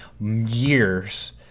years